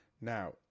now